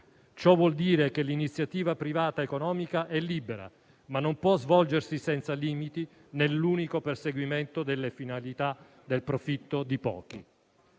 Ciò vuol dire che l'iniziativa privata economica è libera, ma non può svolgersi senza limiti nell'unico perseguimento delle finalità del profitto di pochi.